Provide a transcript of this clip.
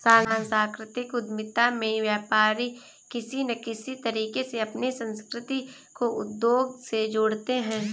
सांस्कृतिक उद्यमिता में व्यापारी किसी न किसी तरीके से अपनी संस्कृति को उद्योग से जोड़ते हैं